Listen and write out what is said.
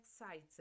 excited